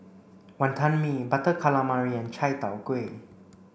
Wonton Mee butter calamari and Chai Tow Kuay